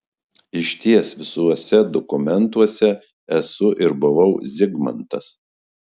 išties visuose dokumentuose esu ir buvau zigmantas